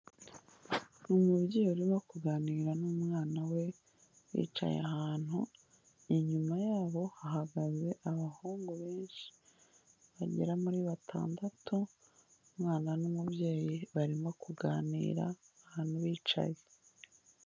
Ni umubyeyi urimo kuganira n'umwana we bicaye ahantu, inyuma yabo hahagaze abahungu benshi bagera muri batandatu, umwana n'umubyeyi barimo kuganira ahantu bicaye.